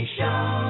Show